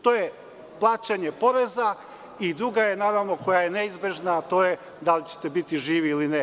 To je plaćanje poreza i druga je naravno koja je neizbežna, a to je da li ćete biti živi ili ne.